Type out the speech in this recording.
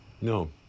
No